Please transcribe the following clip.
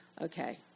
okay